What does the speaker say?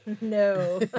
no